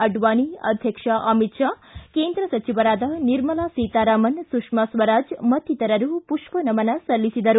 ಅಡ್ವಾನಿ ಅಧ್ಯಕ್ಷ ಅಮಿತ್ ಶಾ ಕೇಂದ್ರ ಸಚಿವರಾದ ನಿರ್ಮಲಾ ಸೀತಾರಾಮನ್ ಸುಷ್ಮಾ ಸ್ವರಾಜ್ ಮತ್ತಿತರರು ಪುಷ್ಪ ನಮನ ಸಲ್ಲಿಸಿದರು